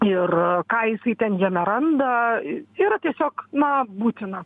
ir ką jisai ten jame randa yra tiesiog na būtina